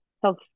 self